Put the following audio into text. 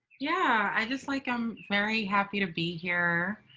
yeah, i just like i'm very happy to be here.